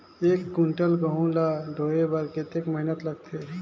एक कुंटल गहूं ला ढोए बर कतेक मेहनत लगथे?